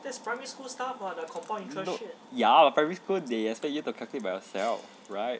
ya but primary school they expect you to calculate by yourself right